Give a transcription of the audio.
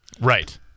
right